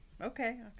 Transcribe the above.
Okay